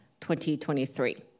2023